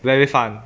very fun